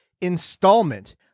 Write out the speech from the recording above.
installment